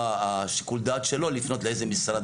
שיקול הדעת שלו לפנות לאיזה משרד,